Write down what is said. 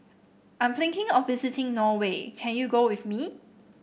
I'm thinking of visiting Norway can you go with me